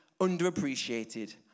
underappreciated